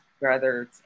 brothers